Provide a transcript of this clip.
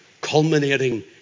culminating